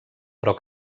però